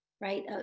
right